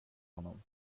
honom